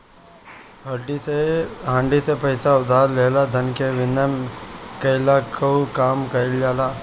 हुंडी से पईसा उधार लेहला धन के विनिमय कईला कअ काम कईल जाला